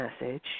message